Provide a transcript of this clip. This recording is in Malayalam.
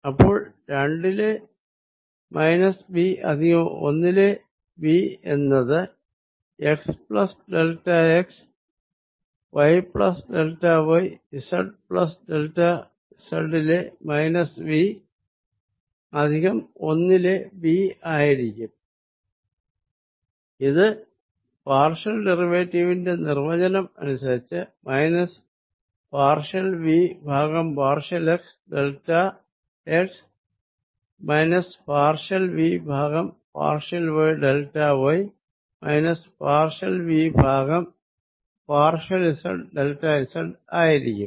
അപ്പോൾ രണ്ടിലെ മൈനസ് V പ്ലസ് ഒന്നിലെ V എന്നത് x plus delta x y plus delta y z plus delta z ലെ മൈനസ് V പ്ലസ് 1 ലെ V ആയിരിക്കും ഇത് പാർഷ്യൽ ഡെറിവേറ്റീവ് ന്റെ നിർവചനം അനുസരിച്ച് മൈനസ് പാർഷ്യൽ V ഭാഗം partial x delta x minus partial V ഭാഗം partial y delta y minus partial V ഭാഗം പാർഷ്യൽ z ഡെൽറ്റ z ആയിരിക്കും